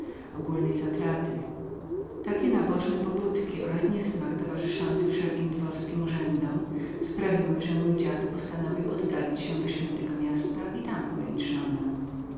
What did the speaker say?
ogólnej zatraty takowe nabożne pobudki niesmak towarzyszący wszelkim dworskim urzędom sprawiły że mój dziad postanowił oddalić się do świętego miasta i tam pojąć żonę